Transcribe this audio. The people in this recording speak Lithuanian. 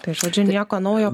tai žodžiu nieko naujo